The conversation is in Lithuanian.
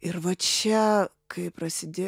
ir va čia kai prasidė